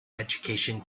education